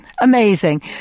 Amazing